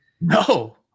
No